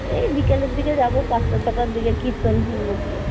এই বিকেলের দিকে যাব পাঁচটা ছটার দিকে কীর্তন শুনব গিয়ে